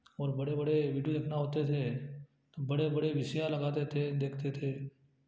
और बड़े बड़े विडियो देखना होते थे बड़े बड़े वी सी आर लगाते थे देखते थे